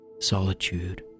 solitude